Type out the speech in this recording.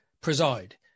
preside